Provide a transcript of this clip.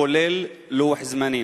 כולל לוח זמנים?